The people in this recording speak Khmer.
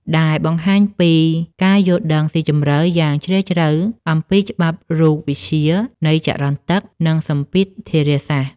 ដែលបង្ហាញពីការយល់ដឹងស៊ីជម្រៅយ៉ាងជ្រាលជ្រៅអំពីច្បាប់រូបវិទ្យានៃចរន្តទឹក និងសម្ពាធធារាសាស្ត្រ។